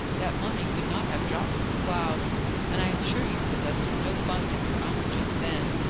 that money could not have dropped from the clouds and i am sure you possessed no funds of your own just then.